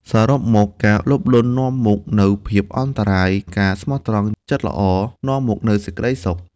សរុបមក ការលោភលន់នាំមកនូវភាពអន្តរាយ ការស្មោះត្រង់ ចិត្តល្អ នាំមកនូវសេចក្ដីសុខ។